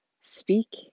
speak